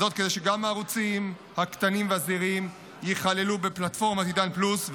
זאת כדי שגם הערוצים הקטנים והזעירים ייכללו בפלטפורמת עידן פלוס,